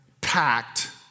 packed